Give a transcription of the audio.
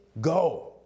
go